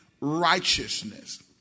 righteousness